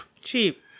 Cheap